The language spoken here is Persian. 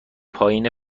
پایین